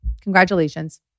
Congratulations